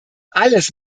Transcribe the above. alles